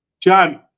John